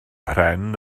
pren